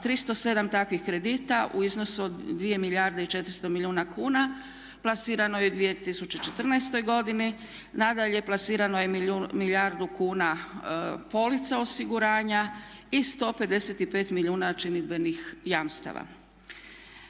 307 takvih kredita u iznosu od 2 milijarde i 400 milijuna kuna, planirano je u 2014. godini. Nadalje, plasirano je milijardu kuna polica osiguranja i 155 milijuna činidbenih jamstava.